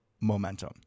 Momentum